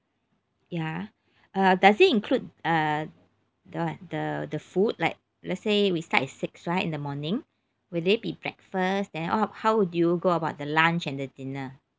ya uh does it include uh the the the the food like let's say we start at six right in the morning will there be breakfast then or how would you go about the lunch and the dinner